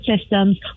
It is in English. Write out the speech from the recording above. systems